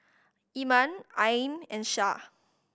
Iman Ain and Syah